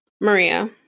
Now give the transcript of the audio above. Maria